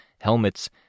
helmets